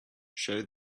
show